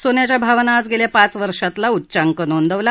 सोन्याच्या भावानं आज गेल्या पाच वर्षातला उच्चांक नोंदवला